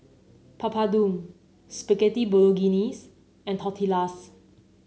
Papadum Spaghetti Bolognese and Tortillas